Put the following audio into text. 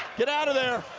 get out of there.